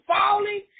falling